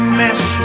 mess